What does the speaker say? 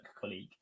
colleague